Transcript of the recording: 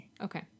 okay